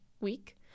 week